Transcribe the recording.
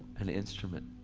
an instrument